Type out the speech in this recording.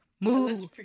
move